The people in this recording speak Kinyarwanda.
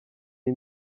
iyi